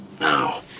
Now